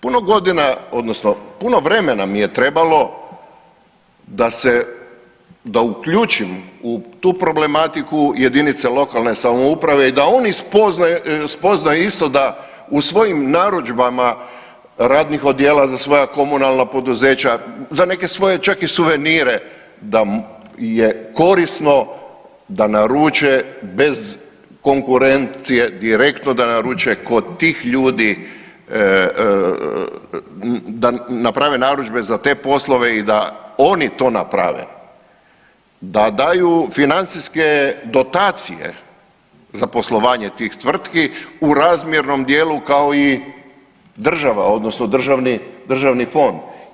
Puno godina odnosno puno vremena mi je trebalo da uključim u tu problematiku jedinice lokalne samouprave i da oni spoznaju isto da u svojim narudžbama radnih odijela za svoja komunalna poduzeća, za neke svoje čak i svoje suvenire da je korisno da naruče bez konkurencije direktno da naruče kod tih ljudi, da naprave narudžbe za te poslove i da oni to naprave, da daju financijske dotacije za poslovanje tih tvrtki u razmjernom dijelu kao i država odnosno državni fond.